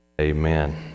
Amen